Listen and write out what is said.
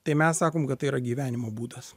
tai mes sakom kad tai yra gyvenimo būdas